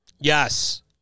Yes